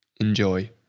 Enjoy